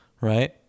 Right